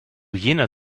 jener